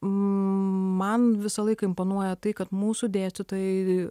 man visą laiką imponuoja tai kad mūsų dėstytojai